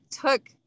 took